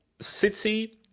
City